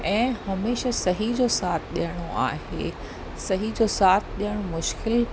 ऐं हमेशह सही जो साथ ॾियणो आहे सही जो साथ ॾियणु मुश्किलु